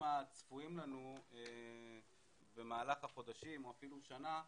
הצפויים לנו במהלך החודשים או אפילו שנה,